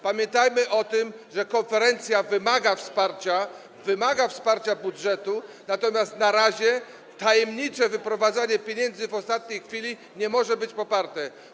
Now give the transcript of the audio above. Pamiętajmy o tym, że konferencja wymaga wsparcia, wsparcia budżetu, natomiast na razie tajemnicze wyprowadzanie pieniędzy w ostatniej chwili nie może być poparte.